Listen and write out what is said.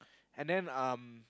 and then um